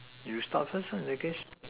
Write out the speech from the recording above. you start first lah the case